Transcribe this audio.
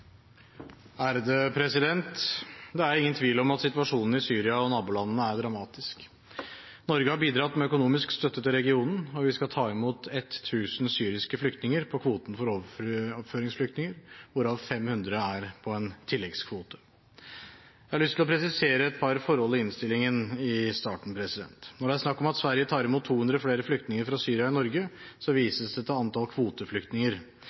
dramatisk. Norge har bidratt med økonomisk støtte til regionen, og vi skal ta imot 1 000 syriske flyktninger på kvoten for overføringsflyktninger, hvorav 500 er på en tilleggskvote. Jeg har i starten lyst til å presisere et par forhold i innstillingen. Når det er snakk om at Sverige tar imot 200 flere flyktninger fra Syria enn Norge, vises det til antall kvoteflyktninger.